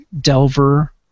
Delver